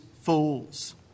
fools